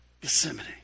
Gethsemane